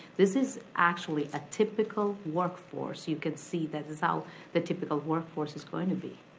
this is actually a typical workforce. you could see this is how the typical workforce is going to be.